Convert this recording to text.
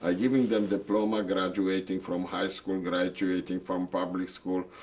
ah given them diploma graduating from high school, graduating from public school.